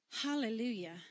Hallelujah